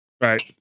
Right